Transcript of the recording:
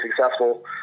successful